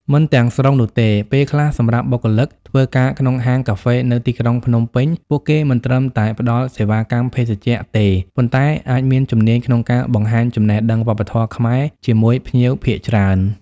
មិនទាំងស្រុងនោះទេ ពេលខ្លះសម្រាប់បុគ្គលិកធ្វើការក្នុងហាងកាហ្វេនៅទីក្រុងភ្នំពេញ ពួកគេមិនត្រឹមតែផ្តល់សេវាកម្មភេសជ្ជៈទេ ប៉ុន្តែអាចមានជំនាញក្នុងការបង្ហាញចំណេះដឹងវប្បធម៌ខ្មែរជាមួយភ្ញៀវភាគច្រើន។